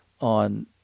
on